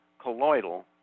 colloidal